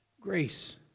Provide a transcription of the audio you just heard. Grace